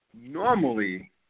Normally